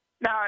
No